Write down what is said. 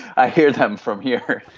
i hear them from here!